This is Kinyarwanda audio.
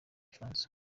gifaransa